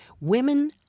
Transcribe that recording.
Women